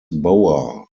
bower